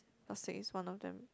plastic is one of them